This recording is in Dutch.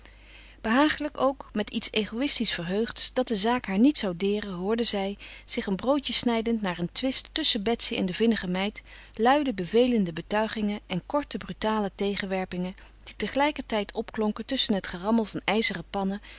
behagelijk ook met iets egoïstisch verheugds dat de zaak haar niet zou deeren hoorde zij zich een broodje snijdend naar een twist tusschen betsy en de vinnige meid luide bevelende betuigingen en korte brutale tegenwerpingen die tegelijkertijd opklonken tusschen het gerammel van ijzeren pannen